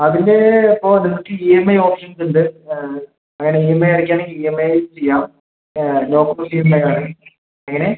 അതിൻ്റെ ഇപ്പോൾ നിങ്ങൾക്ക് ഇ എം ഐ ഓപ്ഷൻസ് ഉണ്ട് അങ്ങനെ ഇ എം ഐ അടക്കാണെങ്കിൽ ഇ എം ഐ ചെയ്യാം no cost E M I ആണ് എങ്ങനെ